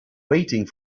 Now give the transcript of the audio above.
waiting